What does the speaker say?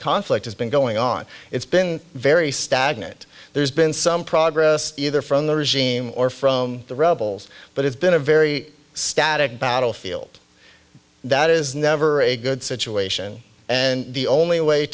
conflict has been going on it's been very stagnant there's been some progress either from the regime or from the rebels but it's been a very static battlefield that is never a good situation and the only way